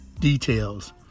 Details